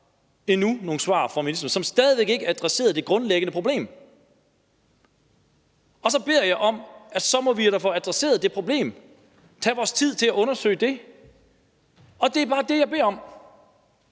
endnu nogle svar fra ministeren, som stadig væk ikke adresserede det grundlæggende problem. Og så beder jeg om, at vi da må få adresseret det problem og tage tiden til at undersøge det. Det er bare det, jeg beder om.